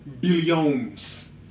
billions